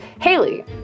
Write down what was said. Haley